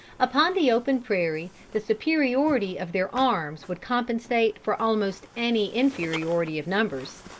upon the open prairie, the superiority of their arms would compensate for almost any inferiority of numbers.